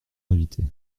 invité